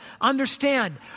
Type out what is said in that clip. understand